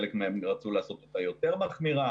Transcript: כאשר חלק רצו לעשות אותה יותר מחמירה,